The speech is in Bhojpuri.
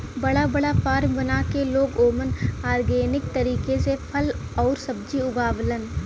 बड़ा बड़ा फार्म बना के लोग ओमन ऑर्गेनिक तरीका से फल आउर सब्जी उगावलन